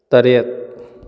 ꯇꯔꯦꯠ